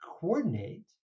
coordinate